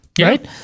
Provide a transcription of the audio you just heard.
Right